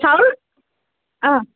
চাউল অঁ